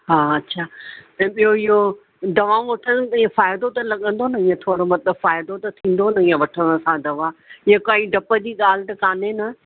हा अच्छा ऐं ॿियो इहो दवाऊं वठण थी फ़ाइदो त लॻंदो न ईअं थोरो मतिलबु फ़ाइदो त थींदो न ईअं वठण सां दवा इहो कोई ॾपु जी ॻाल्हि त कोन्हे न